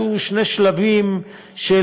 היו שני שלבים של